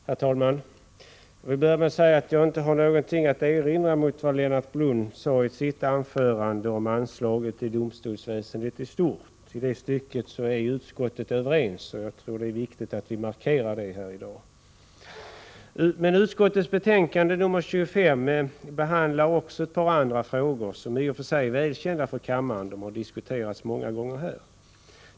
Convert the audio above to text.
Herr talman! Jag vill börja med att säga att jag inte har någonting att erinra mot det Lennart Blom sade i sitt anförande om anslaget till domstolsväsendet i stort. I det stycket är utskottet överens, och jag tror att det är viktigt att markera det i dag. I justitieutskottets betänkande nr 25 behandlas också ett par andra frågor som är välkända för kammaren — de har diskuterats här många gånger.